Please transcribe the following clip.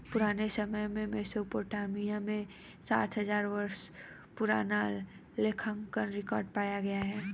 पुराने समय में मेसोपोटामिया में सात हजार वर्षों पुराने लेखांकन रिकॉर्ड पाए गए हैं